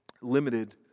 limited